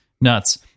nuts